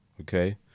Okay